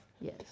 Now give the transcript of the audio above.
Yes